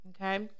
Okay